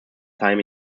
time